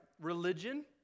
Religion